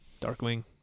Darkwing